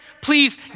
please